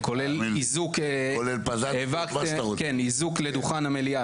כולל איזוק לדוכן המליאה.